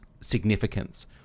significance